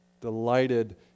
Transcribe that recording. delighted